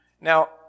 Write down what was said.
Now